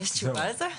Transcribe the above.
יש תשובה לזה?